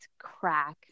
crack